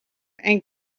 and